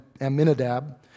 Amminadab